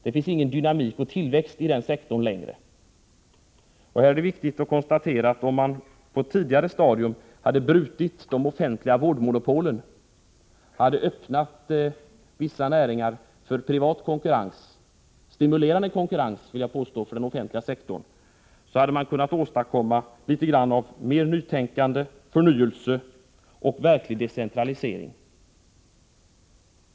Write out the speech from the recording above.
Det finns ingen dynamik och tillväxt i den sektorn längre. Det är viktigt att konstatera att om man på ett tidigare stadium hade brutit de offentliga vårdmonopolen och öppnat vissa näringar för privat konkurrens — stimulerande konkurrens, vill jag påstå, för den offentliga sektorn — hade man kunnat åstadkomma litet mera av nytänkande, förnyelse och verklig decentralisering.